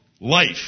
life